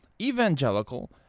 evangelical